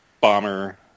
bomber